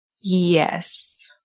Yes